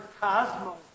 cosmos